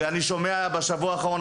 אני שומע בשבוע האחרון,